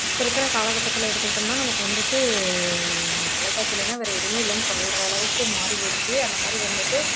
இப்போ இருக்கிற காலக்கட்டத்தில் எடுத்துக்கிட்டோம்னா நமக்கு வந்துட்டு தொலைக்காட்சி இல்லைன்னா வேறு எதுவுமே இல்லைன்னு சொல்கிறளவுக்கு மாறி போயிடுத்து அந்த மாதிரி வந்துட்டு